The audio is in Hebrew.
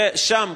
ושם,